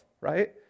right